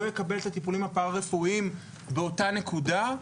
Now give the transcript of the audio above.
יקבל את הטיפולים הפרא רפואיים באותה נקודה,